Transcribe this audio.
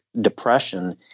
depression